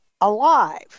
alive